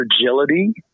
Fragility